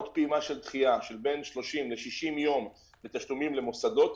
עוד פעימה של דחייה של בין 60-30 יום של תשלומים למוסדות,